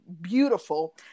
beautiful